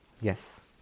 Yes